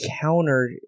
counter